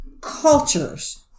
cultures